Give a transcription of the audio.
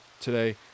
today